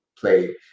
play